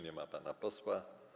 Nie ma pana posła.